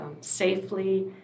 safely